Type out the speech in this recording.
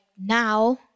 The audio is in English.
now